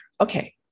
okay